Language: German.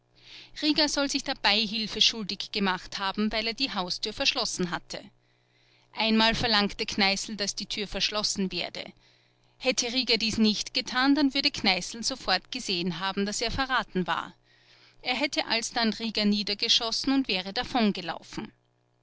rieger soll sich der beihilfe schuldig gemacht haben weil er die haustür verschlossen hatte einmal verlangte kneißl daß die tür verschlossen werde hätte rieger dies nicht getan dann würde kneißl sofort gesehen haben daß er verraten war er hätte alsdann rieger niedergeschossen und wäre